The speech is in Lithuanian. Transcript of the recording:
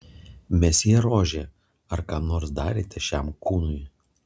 mesjė rožė ar ką nors darėte šiam kūnui